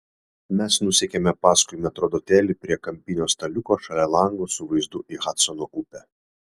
mes nusekėme paskui metrdotelį prie kampinio staliuko šalia lango su vaizdu į hadsono upę